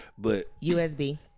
USB